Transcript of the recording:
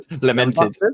lamented